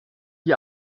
die